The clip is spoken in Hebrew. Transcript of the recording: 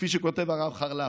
כפי שכותב הרב חרל"פ,